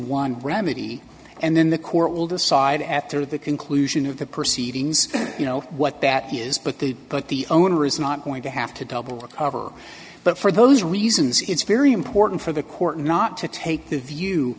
one remedy and then the court will decide after the conclusion of the proceedings you know what that is but the but the owner is not going to have to double rick but for those reasons it's very important for the court not to take the view